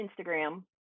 Instagram